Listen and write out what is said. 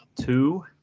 two